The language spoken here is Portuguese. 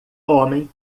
homem